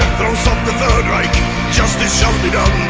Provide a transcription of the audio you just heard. throes of the third reich justice shall be done,